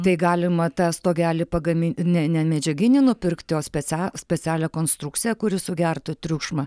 tai galima tą stogelį pagamin ne nemedžiaginį nupirkti o specia specialią konstrukciją kuri sugertų triukšmą